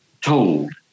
told